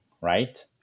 right